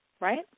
right